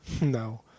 No